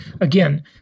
Again